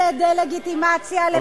מה שעושה דה-לגיטימציה למדינת ישראל,